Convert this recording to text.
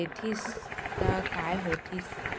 देतिस त काय होतिस